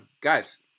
Guys